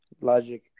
Logic